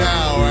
Now